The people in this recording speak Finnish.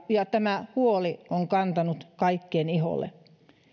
ja tämä huoli on kantanut kaikkien iholle